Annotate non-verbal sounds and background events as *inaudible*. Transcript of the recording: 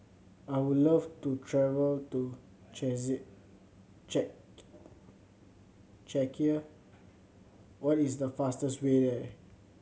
I would love to travel to *unintelligible* Czechia what is the fastest way there